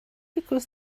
because